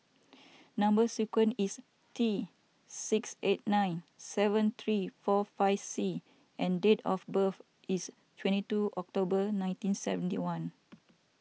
Number Sequence is T six eight nine seven three four five C and date of birth is twenty two October nineteen seventy one